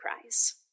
cries